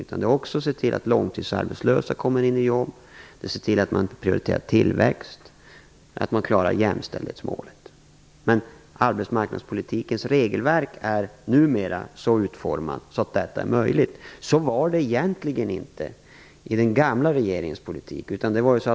Det gäller också att se till att långtidsarbetslösa kommer in i jobb, att prioritera tillväxt och att klara jämställdhetsmålet. Arbetsmarknadspolitikens regelverk är numera så utformat att detta är möjligt. Så var det egentligen inte i den förra regeringens politik.